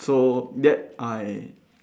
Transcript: so that I